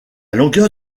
longueur